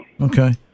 Okay